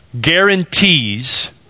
guarantees